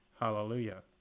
Hallelujah